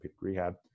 rehab